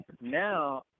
Now